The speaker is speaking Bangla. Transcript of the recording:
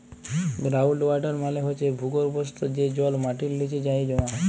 গ্রাউল্ড ওয়াটার মালে হছে ভূগর্ভস্থ যে জল মাটির লিচে যাঁয়ে জমা হয়